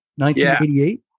1988